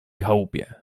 chałupie